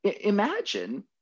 imagine